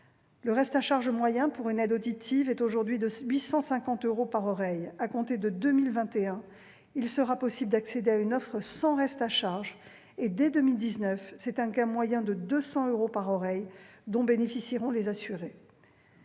Le reste à charge moyen pour une aide auditive est aujourd'hui de 850 euros par oreille. À compter de 2021, il sera possible d'accéder à une offre sans reste à charge. Dès 2019, c'est d'un gain moyen de 200 euros par oreille que bénéficieront les assurés.